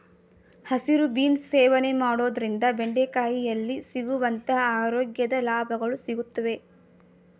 ಹಸಿರು ಬೀನ್ಸ್ ಸೇವನೆ ಮಾಡೋದ್ರಿಂದ ಬೆಂಡೆಕಾಯಿಯಲ್ಲಿ ಸಿಗುವಂತ ಆರೋಗ್ಯದ ಲಾಭಗಳು ಸಿಗುತ್ವೆ